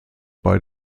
bei